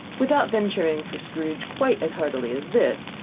without venturing for scrooge quite as hardily as this,